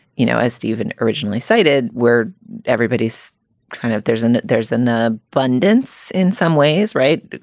you know, as even originally cited, where everybody's kind of there's an there's an ah abundance in some ways. right.